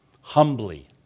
humbly